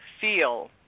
feel